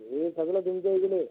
हे सगळं तुमच्याइकडे